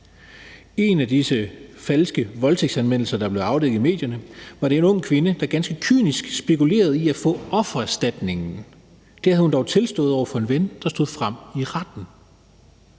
en af disse falske voldtægtsanmeldelser, der er blevet afdækket i medierne, var det en ung kvinde, der ganske kynisk spekulerede i at få offererstatningen. Det havde hun dog tilstået over for en ven, der stod frem i retten.